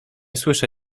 słyszę